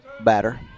batter